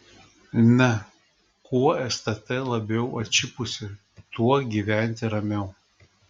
ne kuo stt labiau atšipusi tuo gyventi ramiau